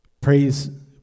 praise